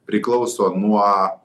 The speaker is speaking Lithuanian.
priklauso nuo